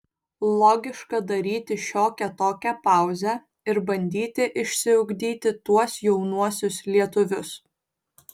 logiška daryti šiokią tokią pauzę ir bandyti išsiugdyti tuos jaunuosius lietuvius